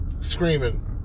screaming